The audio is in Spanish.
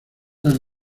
las